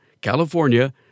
California